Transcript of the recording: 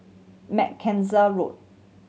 Mackenzie Road